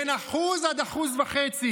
בין 1% ל-1.5%,